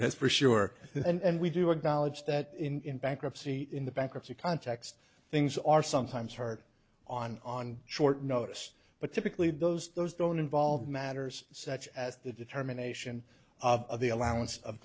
that's for sure and we do acknowledge that in bankruptcy in the bankruptcy context things are sometimes hard on on short notice but typically those those don't involve matters such as the determination of the allowance of